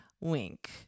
Wink